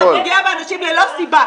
אתה פוגע באנשים ללא סיבה.